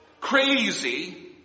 crazy